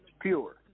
pure